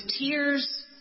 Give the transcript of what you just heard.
tears